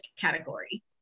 category